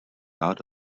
out